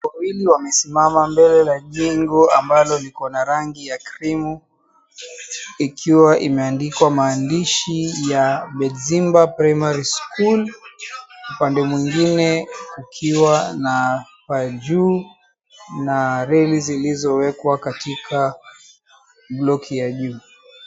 ...wawili wamesimama mbele ya jengo ambalo lilikuwa na rangi ya krimu ikiwa imeandikwa maandishi ya Bedzimba Primary School upande mwingine ikiwa na pale juu na reli zilizowekwa katika block ya juu.